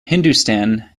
hindustan